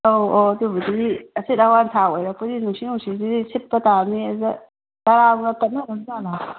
ꯑꯧ ꯑꯧ ꯑꯗꯨꯕꯨꯗꯤ ꯑꯁꯤꯠ ꯑꯋꯥꯟ ꯊꯥ ꯑꯣꯏꯔꯛꯄꯒꯤ ꯅꯨꯡꯁꯤꯠ ꯅꯨꯡꯁꯤꯠꯁꯤꯗꯤ ꯁꯤꯠꯄ ꯇꯥꯕꯅꯤ ꯑꯗꯨꯗ ꯇꯔꯥꯒꯨꯝꯕ ꯇꯠꯅꯈ꯭ꯔꯕ ꯖꯥꯠꯂ